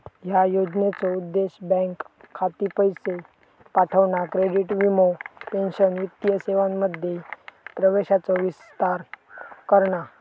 ह्या योजनेचो उद्देश बँक खाती, पैशे पाठवणा, क्रेडिट, वीमो, पेंशन वित्तीय सेवांमध्ये प्रवेशाचो विस्तार करणा